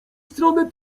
strony